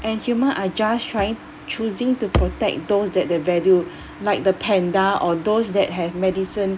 and human are just tryi~ choosing to protect those that the value like the panda or those that have medicine